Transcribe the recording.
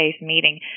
meeting